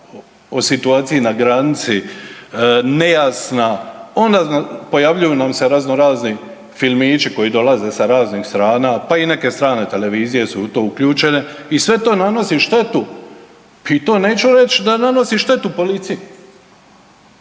o situaciji na granici, nejasna onda pojavljuju nam se razno razni filmići koji dolaze sa raznih strana, pa i neke strane televizije su u to uključene i sve to nanosi štetu i to neću reći da nanosi štetu policiji,